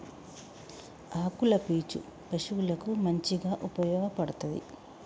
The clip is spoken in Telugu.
ఆకుల పీచు పశువులకు మంచిగా ఉపయోగపడ్తది